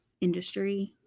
industry